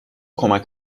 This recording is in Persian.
کمک